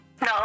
No